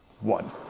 one